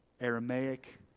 Aramaic